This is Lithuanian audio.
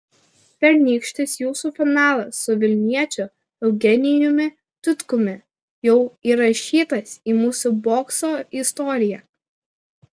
pernykštis jūsų finalas su vilniečiu eugenijumi tutkumi jau įrašytas į mūsų bokso istoriją